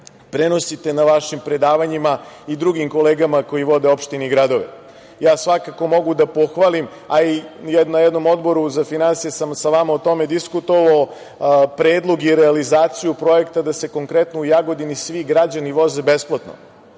prenosite na vašim predavanjima i drugim kolegama koji vode opštine i gradove. Svakako, ja mogu da pohvalim, a i na jednom Odboru za finansije sam sa vama o tome diskutovao, predlog i realizaciju projekta da se konkretno u Jagodini svi građani voze besplatno